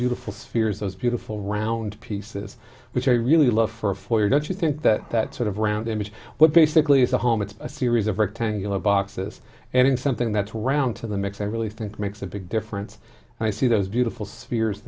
beautiful spheres those beautiful round pieces which i really love for for you don't you think that that sort of round image what basically is a home it's a series of rectangular boxes and in something that's round to the mix i really think makes a big difference and i see those beautiful sp